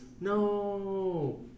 No